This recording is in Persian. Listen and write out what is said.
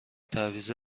تعویض